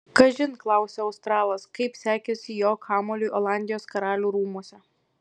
kažin klausia australas kaip sekėsi jo kamuoliui olandijos karalių rūmuose